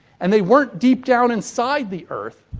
and, they weren't deep down inside the earth.